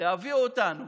להביא אותנו